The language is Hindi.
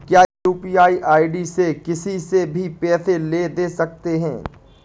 क्या यू.पी.आई आई.डी से किसी से भी पैसे ले दे सकते हैं?